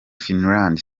finland